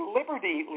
Liberty